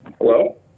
Hello